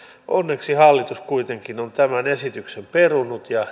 onneksi hallitus kuitenkin on tämän esityksen perunut ja